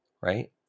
right